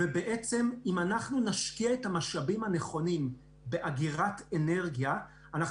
ואם אנחנו נשקיע את המשאבים הנכונים באגירת אנרגיה אנחנו